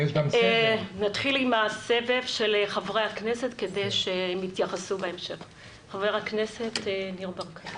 נתחיל בסבב של חברי הכנסת, חבר הכנסת ניר ברקת